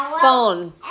phone